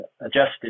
adjusted